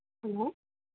hello